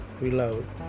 Reload